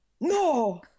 no